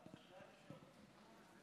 כנסת נכבדה,